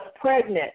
pregnant